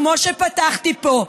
כמו שפתחתי פה,